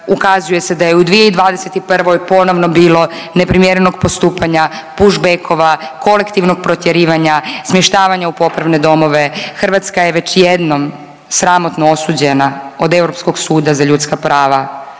ukazuje se da je u 2021. ponovno bilo neprimjernog postupanja push backova, kolektivnog protjerivanja, smještavanja u popravne domove. Hrvatska je već jednom sramotno osuđena od Europskog suda za ljudska prava